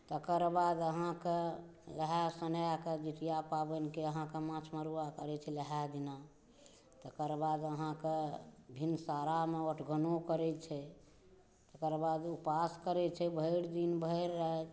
तकर बाद अहाँके लहाइ सोनाइके जितिआ पाबनिके अहाँकए माछ मरुआ करै छै लहाइ दिना तकर बाद अहाँके भिनसारामे औटघनो करै छै ओकर बाद उपास करै छै भरि दिन भरि राति